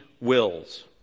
wills